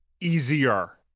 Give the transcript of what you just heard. easier